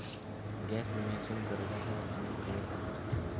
gap विम्यासून कर्जाच्या रकमेक कवर करतत